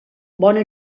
bona